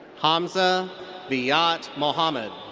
hamza villayat muhammad.